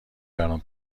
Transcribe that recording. برام